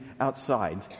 outside